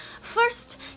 First